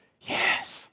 Yes